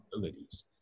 capabilities